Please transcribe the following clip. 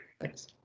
Thanks